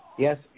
Yes